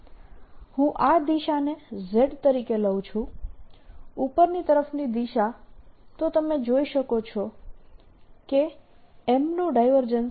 હું આ દિશાને z તરીકે લઉં છું ઉપરની તરફની દિશા તો તમે જોઈ શકો છો કે M નું ડાયવર્જન્સ